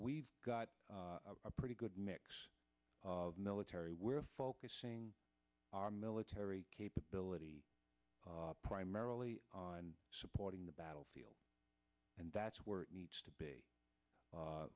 we've got a pretty good mix of military we're focusing our military capability primarily on supporting the battlefield and that's where it needs to be